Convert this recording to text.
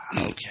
okay